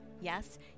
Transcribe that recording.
Yes